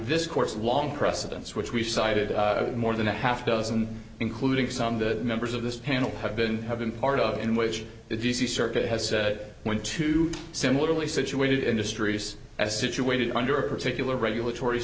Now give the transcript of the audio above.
this course long precedence which we've cited more than a half dozen including some the members of this panel have been have been part of in which the d c circuit has said when two similarly situated industries as situated under a particular regulatory